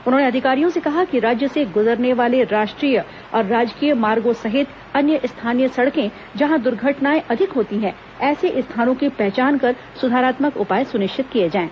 उन्होंने अधिकारियों से कहा कि राज्य से गुजरने वाले राष्ट्रीय और राजकीय मार्गों सहित अन्य स्थानीय सड़कें जहां दर्घटनाएं अधिक होती हैं ऐसे स्थानों की पहचान कर सुधारात्मक उपाय सुनिश्चित किए जाएं